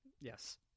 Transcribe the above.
Yes